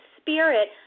spirit